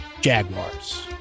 Jaguars